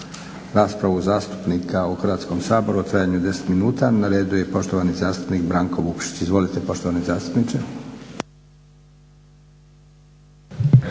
raspravu zastupnika u Hrvatskom saboru u trajanju od 10 minuta. Na redu je poštovani zastupnik Branko Vukšić. Izvolite poštovani zastupniče.